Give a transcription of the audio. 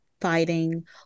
fighting